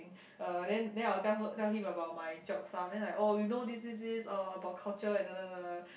uh then then I'll tell her tell him about my job stuff then like oh you know this this this oh about culture and da da da da